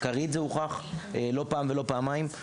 זה הוכח מחקרית לא פעם ולא פעמיים.